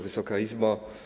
Wysoka Izbo!